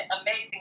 amazing